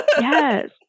Yes